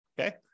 Okay